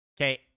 Okay